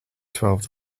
twelve